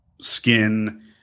skin